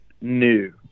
new